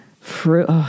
fruit